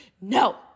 No